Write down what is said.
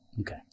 Okay